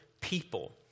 people